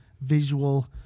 visual